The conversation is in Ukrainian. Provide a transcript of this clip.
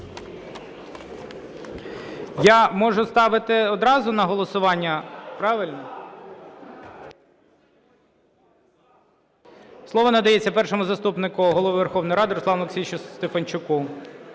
я можу ставити одразу на голосування, правильно? Слово надається Першому заступнику Голови Верховної Ради Руслану Олексійовичу Стефанчуку.